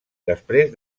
després